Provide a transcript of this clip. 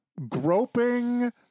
groping